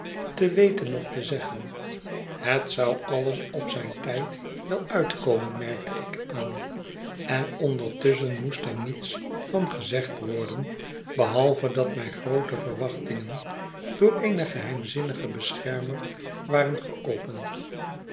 te weten of te zeggen het zou alles op zijn tijd wel uitkumen merkte ik aan en ondertusschen moest er niets van gezegd worden behalve dat mij groote verwachtingen door een geheimzinnigen beschermer waren geopend